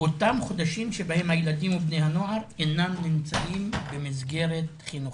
אותם חודשים שבהם הילדים ובני הנוער אינם נמצאים במסגרת חינוכית.